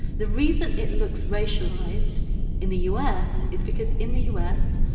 the reason it looks racialized in the u s. is because, in the u s,